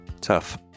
tough